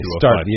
start